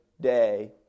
day